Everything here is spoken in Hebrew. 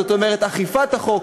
זאת אומרת, אכיפת החוק.